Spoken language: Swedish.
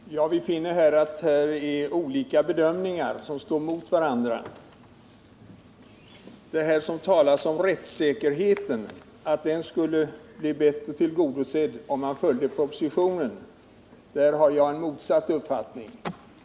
Herr talman! Vi finner att det här står olika bedömningar mot varandra. Vad gäller exempelvis påståendet att rättssäkerheten skulle bli bättre tillgodosedd, om man följer propositionen och reservationen, har jag en motsatt uppfattning.